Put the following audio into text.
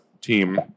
team